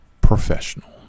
professional